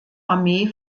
armee